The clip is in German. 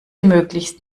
möglichst